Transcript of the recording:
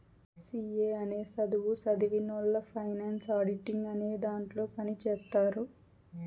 C A అనే సధువు సదివినవొళ్ళు ఫైనాన్స్ ఆడిటింగ్ అనే దాంట్లో పని చేత్తారు